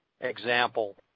example